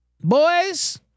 boys